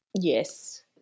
Yes